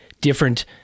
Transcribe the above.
different